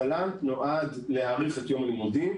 תל"ן נועד להאריך את יום הלימודים,